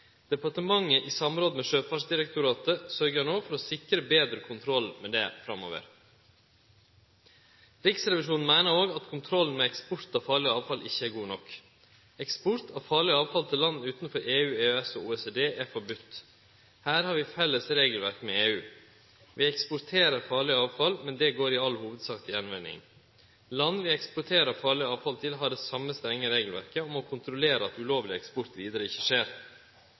Departementet, i samråd med Sjøfartsdirektoratet, sørgjer no for å sikre betre kontroll med det framover. Riksrevisjonen meiner òg at kontrollen med eksport av farleg avfall ikkje er god nok. Eksport av farleg avfall til land utanfor EU/EØS og OECD er forbode. Her har vi felles regelverk med EU. Vi eksporterer farleg avfall, men det går i all hovudsak til gjenvinning. Land vi eksporterer farleg avfall til, har det same strenge regelverket og må kontrollere at ulovleg eksport vidare ikkje skjer.